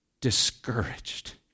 discouraged